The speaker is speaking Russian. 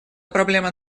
проблема